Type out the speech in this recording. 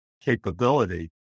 capability